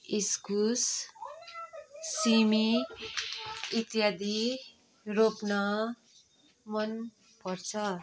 इस्कुस सिमी इत्यादि रोप्न मनपर्छ